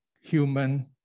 human